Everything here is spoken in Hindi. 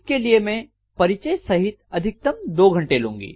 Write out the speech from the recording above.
इसके लिए मैं परिचय सहित अधिकतम २ घंटे लुंगी